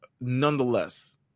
nonetheless